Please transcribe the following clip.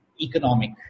economic